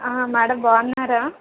madam బాగున్నారా